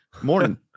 morning